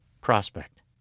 Prospect